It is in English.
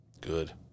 Good